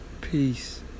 Peace